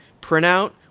printout